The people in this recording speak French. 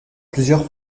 plusieurs